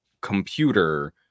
computer